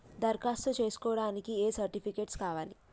దరఖాస్తు చేస్కోవడానికి ఏ సర్టిఫికేట్స్ కావాలి?